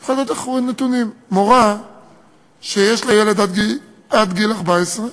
אני יכול לתת לך נתונים: מורה שיש לה ילד עד גיל 14,